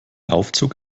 aufzug